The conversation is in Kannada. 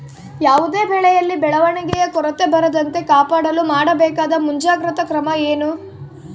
ಯಾವುದೇ ಬೆಳೆಯಲ್ಲಿ ಬೆಳವಣಿಗೆಯ ಕೊರತೆ ಬರದಂತೆ ಕಾಪಾಡಲು ಮಾಡಬೇಕಾದ ಮುಂಜಾಗ್ರತಾ ಕ್ರಮ ಏನು?